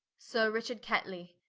sir richard ketly,